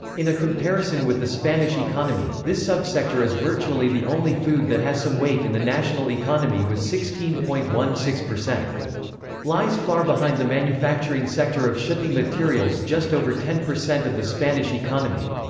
in a comparison with the spanish economy, this subsector is virtually the only food that has some weight in the national economy with sixteen point one six. lies far behind the manufacturing sector of shipping materials just over ten percent of the spanish economy.